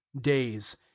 days